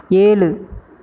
ஏழு